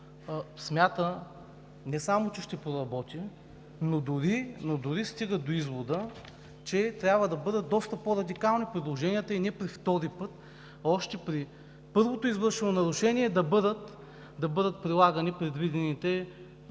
смята, че не само че ще проработи, но дори стига до извода, че предложенията трябва да бъдат доста по-радикални, и не при втори път, а още при първото, извършено нарушение, да бъдат прилагани предвидените